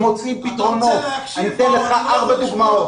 מוצאים פתרונות ואני אתן לך ארבע דוגמאות.